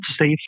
safe